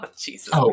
Jesus